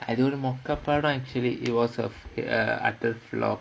அது ஒரு மொக்க படம்:adhu oru mokka padam it was a err floor